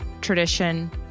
tradition